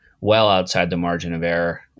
well-outside-the-margin-of-error